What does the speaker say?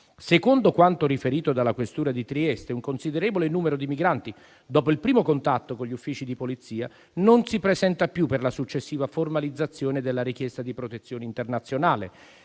Secondo quanto riferito dalla questura di Trieste, un considerevole numero di migranti, dopo il primo contatto con gli uffici di polizia, non si presenta più per la successiva formalizzazione della richiesta di protezione internazionale.